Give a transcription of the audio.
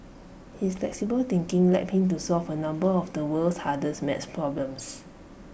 his flexible thinking led him to solve A number of the world's hardest math problems